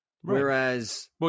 Whereas